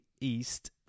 East